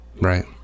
Right